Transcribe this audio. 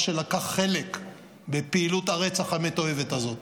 שלקח חלק בפעילות הרצח המתועבת הזאת.